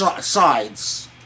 sides